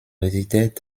résidait